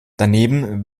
daneben